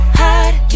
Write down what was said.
hide